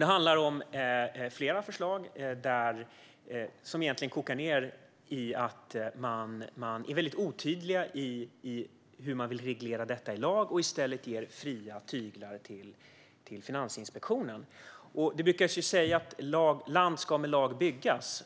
Det handlar om flera förslag som kokar ned till att man är otydlig i fråga om hur man vill reglera detta i lag och i stället ger fria tyglar till Finansinspektionen. Det brukar sägas att land ska med lag byggas.